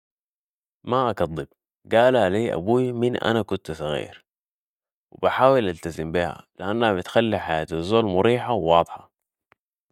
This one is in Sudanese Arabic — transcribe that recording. ما اكضب قالها لي ابوي من انا كنت صغير و بحاول التزم بيها لأنها بتخلي حياة الزول مريحه و واضحة